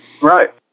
Right